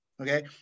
okay